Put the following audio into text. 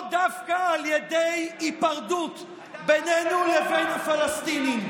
או דווקא על ידי היפרדות בינינו לבין הפלסטינים?